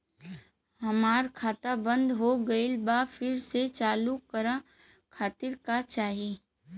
हमार खाता बंद हो गइल बा फिर से चालू करा खातिर का चाही?